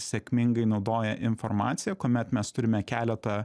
sėkmingai naudoja informaciją kuomet mes turime keletą